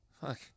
Fuck